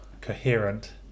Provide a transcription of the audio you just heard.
coherent